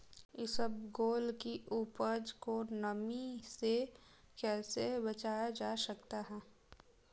इसबगोल की उपज को नमी से कैसे बचाया जा सकता है?